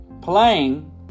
playing